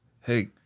Hey